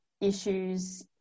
issues